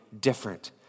different